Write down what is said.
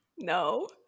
No